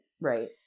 Right